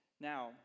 Now